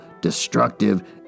destructive